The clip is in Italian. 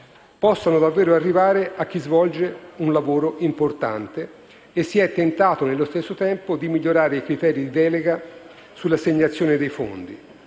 possano davvero arrivare a chi svolge un lavoro importante e si è tentato di migliorare i criteri di delega sull'assegnazione dei fondi: